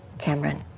cameron.